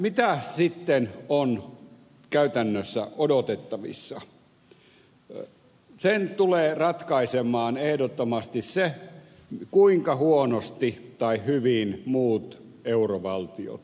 mitäs sitten on käytännössä odotettavissa sen tulee ratkaisemaan ehdottomasti se kuinka huonosti tai hyvin muut eurovaltiot pärjäävät